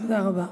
תודה רבה.